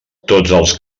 els